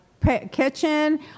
kitchen